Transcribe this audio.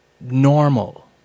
normal